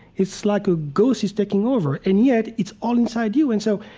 it's like a ghost is taking over. and yet, it's all inside you. and so,